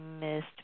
missed